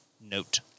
note